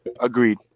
Agreed